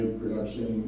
production